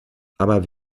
aber